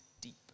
deep